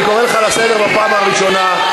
אני קורא אותך לסדר בפעם הראשונה.